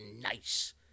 nice